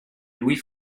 louis